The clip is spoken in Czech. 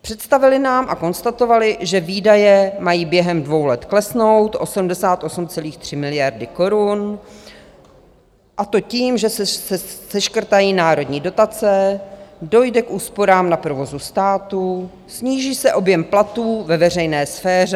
Představili nám a konstatovali, že výdaje mají během dvou let klesnout o 88,3 miliardy korun a to tím, že se seškrtají národní dotace, dojde k úsporám na provozu státu, sníží se objem platů ve veřejné sféře.